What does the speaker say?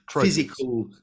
physical